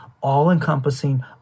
all-encompassing